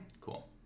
Cool